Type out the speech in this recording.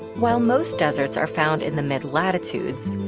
while most deserts are found in the mid-latitudes,